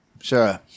Sure